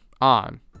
on